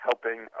helping